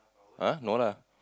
(huh) no lah